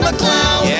McCloud